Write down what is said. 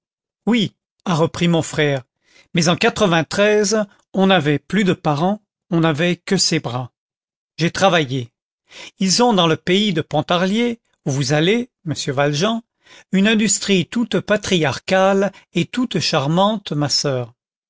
oui a repris mon frère mais en on n'avait plus de parents on n'avait que ses bras j'ai travaillé ils ont dans le pays de pontarlier où vous allez monsieur valjean une industrie toute patriarcale et toute charmante ma soeur